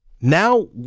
now